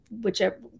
whichever